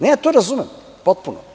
Ne, to razumem potpuno.